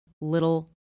little